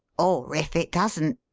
or if it doesn't,